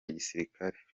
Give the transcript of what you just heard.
gisirikare